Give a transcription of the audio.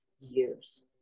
years